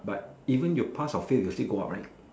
but even you pass or fail you still go up right